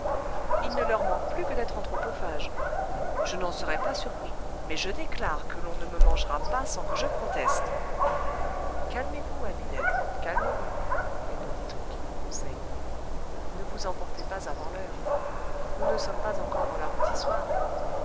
il ne leur manque plus que d'être anthropophages je n'en serais pas surpris mais je déclare que l'on ne me mangera pas sans que je proteste calmez-vous ami ned calmez-vous répondit tranquillement conseil ne vous emportez pas avant l'heure nous ne sommes pas encore dans la rôtissoire